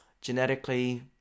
genetically